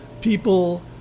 people